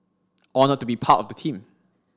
honoured to be part of the team